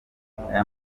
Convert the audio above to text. aya